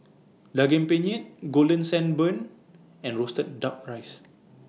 Daging Penyet Golden Sand Bun and Roasted Duck Rice